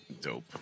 Dope